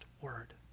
word